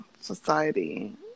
society